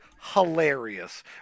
hilarious